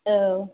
औ